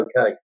okay